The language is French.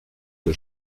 que